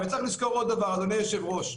וצריך לזכור עוד דבר, אדוני היושב-ראש: